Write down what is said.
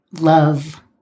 love